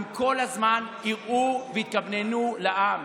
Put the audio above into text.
הם כל הזמן יראו ויתכווננו לעם.